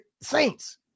Saints